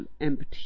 empty